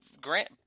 Grant